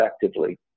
effectively